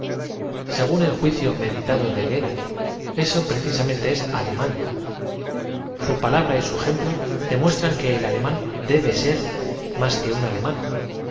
según el juicío meditado de goethe eao precisamente ea alemán su palabra y su ejemplo demuestran que e l alemán debe ser m s que un alemán